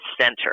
center